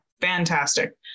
Fantastic